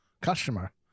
Customer